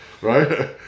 Right